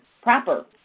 Proper